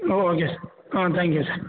ஓ okay sir ஆ thank you sir